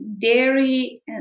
dairy